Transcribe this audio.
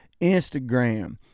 instagram